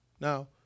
Now